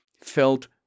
felt